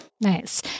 Nice